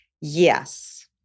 yes